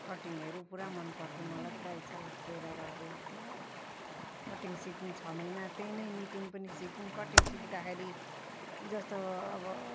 कटिङहरू पुरा मन पर्थ्यो मलाई पुरा इच्छा लाग्थ्यो र रहर लाग्थ्यो र कटिङ सिक्नु छ महिना त्यही नै निटिङ पनि सिक्यौँ कटिङ सिक्दाखेरि जस्तो अब